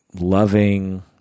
loving